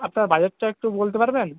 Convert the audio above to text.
আপনার বাজেটটা একটু বলতে পারবেন